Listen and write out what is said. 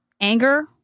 anger